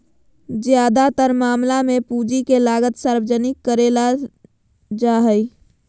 ज्यादातर मामला मे पूंजी के लागत सार्वजनिक करले जा हाई